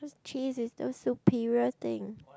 cheese is too superior thing